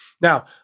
Now